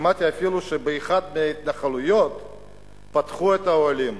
ושמעתי אפילו שבאחת מההתנחלויות פתחו את האוהלים.